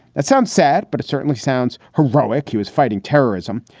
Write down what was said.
that sounds sad, but it certainly sounds heroic. he was fighting terrorism,